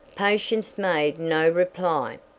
patience made no reply.